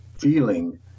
feeling